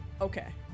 okay